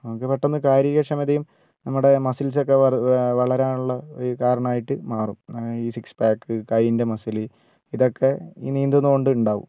നമുക്ക് പെട്ടന്ന് ശാരീരികക്ഷമതയും നമ്മുടെ മസിൽസ് ഒക്കെ വളരാനുള്ള ഒരു കാരണമായിട്ട് മാറും അങ്ങനെ ഈ സിക്സ് പാക്ക് കയ്യിൻ്റെ മസിൽ ഇതൊക്ക ഈ നീന്തുന്നതുകൊണ്ട് ഉണ്ടാവും